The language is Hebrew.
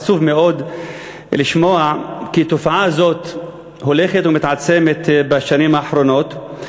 עצוב מאוד לשמוע כי תופעה זאת הולכת ומתעצמת בשנים האחרונות.